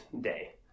day